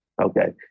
Okay